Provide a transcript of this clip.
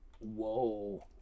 Whoa